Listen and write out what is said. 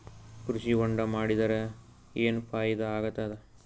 ಕೃಷಿ ಹೊಂಡಾ ಮಾಡದರ ಏನ್ ಫಾಯಿದಾ ಆಗತದ?